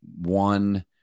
One